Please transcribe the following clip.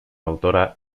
autora